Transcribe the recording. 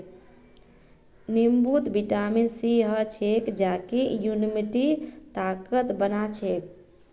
नींबूत vitamin C ह छेक जेको इम्यूनिटीक ताकतवर बना छेक